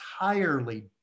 entirely